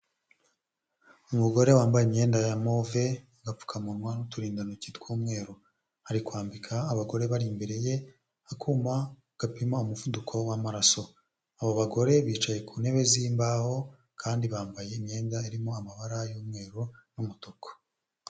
Umugore wambaye imyenda ya move agapfukamunwa n'uturindantoki tw'umweru, arikwambika abagore bari imbere ye akuma gapima umuvuduko wamaraso. Abo bagore bicaye ku ntebe z'mbaho kandi bambaye imyenda irimo amabara y'umweru n'umutuku.